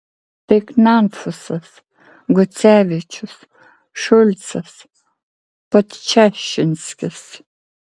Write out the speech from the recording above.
tai knakfusas gucevičius šulcas podčašinskis